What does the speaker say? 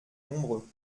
nombreux